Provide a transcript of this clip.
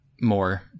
more